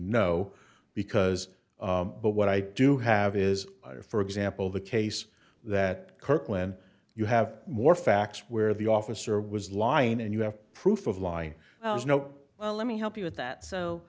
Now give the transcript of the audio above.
no because but what i do have is for example the case that kirkland you have more facts where the officer was lying and you have proof of lying you know well let me help you with that